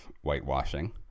whitewashing